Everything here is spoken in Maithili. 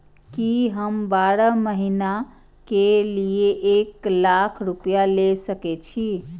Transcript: की हम बारह महीना के लिए एक लाख रूपया ले सके छी?